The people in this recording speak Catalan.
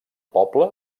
poble